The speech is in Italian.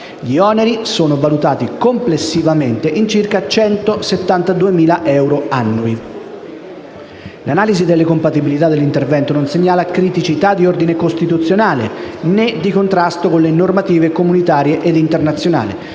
Gli oneri sono valutati complessivamente in circa 172.000 euro annui. L'analisi delle compatibilità dell'intervento non segnala criticità di ordine costituzionale, né di contrasto con le normative comunitaria ed internazionale